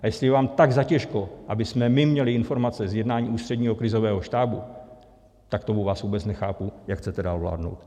A jestli je vám tak zatěžko, abychom my měli informace z jednání Ústředního krizového štábu, tak vás vůbec nechápu, jak chcete dál vládnout.